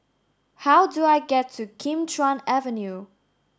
how do I get to Kim Chuan Avenue